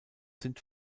sind